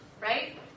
right